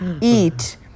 Eat